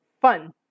fun